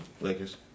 Lakers